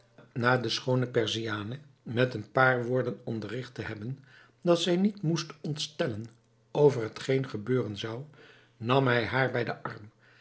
na de schoone perziane met een paar woorden onderrigt te hebben dat zij niet moest ontstellen over hetgeen gebeuren zou nam hij haar bij den arm